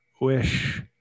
wish